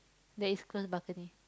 there is close balcony